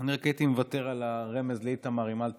אני רק הייתי מוותר על הרמז לאיתמר עם "לא תרצח".